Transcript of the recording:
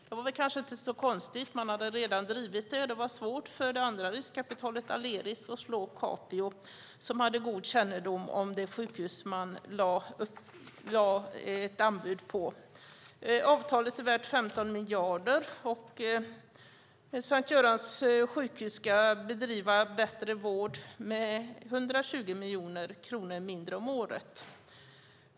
Det kanske inte var så konstigt; Capio hade redan drivit det och det var svårt för det andra riskkapitalbolaget, Aleris, att slå Capio som hade god kännedom om det sjukhus man lade anbud på. Avtalet är värt 15 miljarder. Sankt Görans sjukhus ska bedriva bättre vård med 120 miljoner kronor mindre om året.